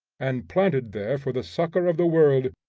and planted there for the succor of the world,